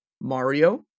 Mario